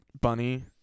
bunny